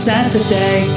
Saturday